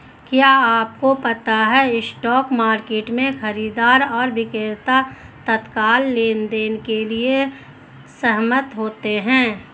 क्या आपको पता है स्पॉट मार्केट में, खरीदार और विक्रेता तत्काल लेनदेन के लिए सहमत होते हैं?